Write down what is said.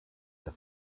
der